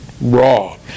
raw